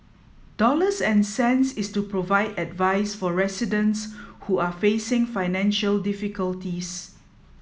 dollars and cents is to provide advice for residents who are facing financial difficulties